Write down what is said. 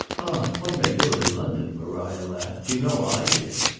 ah one may go to london, maria laughed. you know i did.